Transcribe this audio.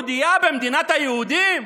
יהודייה במדינת היהודים,